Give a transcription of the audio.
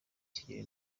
kigeli